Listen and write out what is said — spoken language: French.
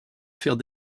faire